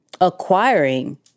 acquiring